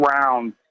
round